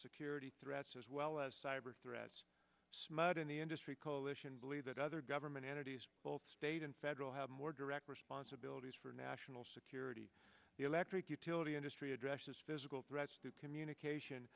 security threats as well as cyber threats smut in the industry coalition believe that other government entities both state and federal have more direct responsibilities for national security the electric utility industry addresses physical threats to communication